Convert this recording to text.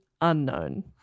unknown